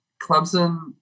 Clemson